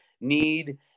need